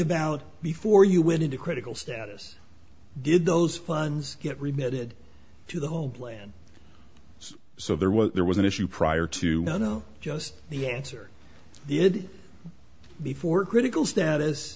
about before you went into critical status did those funds get remitted to the whole plan so there was there was an issue prior to no no just the answer the id before critical status